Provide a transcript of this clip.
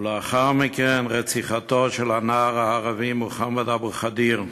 ולאחר מכן, רציחתו של הנער הערבי מוחמד אבו ח'דיר.